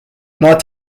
nad